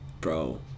bro